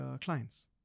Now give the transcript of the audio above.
clients